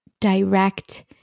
direct